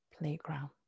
Playground